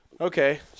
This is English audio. Okay